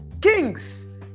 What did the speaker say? Kings